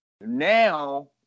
Now